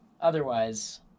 Otherwise